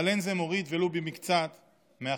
אבל אין זה מוריד ולו במקצת מהחסד,